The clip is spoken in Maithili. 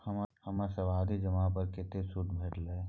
हमर सावधि जमा पर कतेक सूद भेटलै?